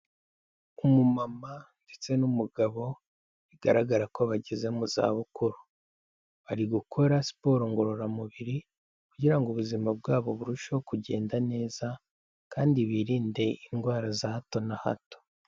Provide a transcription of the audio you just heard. Umumama ndetse n'umugabo bigaragara ko bageze mu za bukuru bari gukora siporo ngororamubiri kugira ngo ubuzima bwabo burusheho kugenda neza kandi birinde indwara za hato na hato.